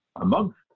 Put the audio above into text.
amongst